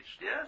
yes